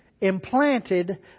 implanted